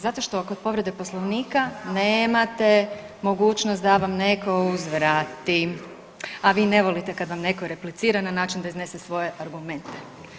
Zato što kod povrede Poslovnika nemate mogućnost da vam netko uzvrati, a vi ne volite kada vam netko replicira na način da iznese svoje argumente.